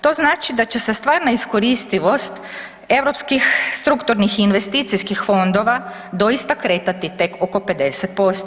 To znači da će se stvarna iskoristivost europskih strukturnih i investicijskih fondova doista kretati tek oko 50%